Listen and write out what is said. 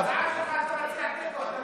57 מול 52,